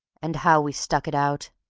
and how we stuck it out,